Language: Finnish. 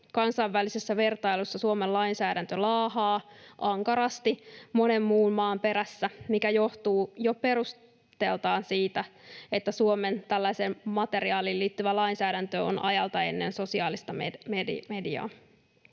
Kansainvälisessä vertailussa Suomen lainsäädäntö laahaa ankarasti monen muun maan perässä, mikä johtuu jo perusteeltaan siitä, että Suomen tällaiseen materiaaliin liittyvä lainsäädäntö on ajalta ennen sosiaalista mediaa.